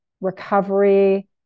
recovery